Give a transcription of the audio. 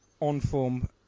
on-form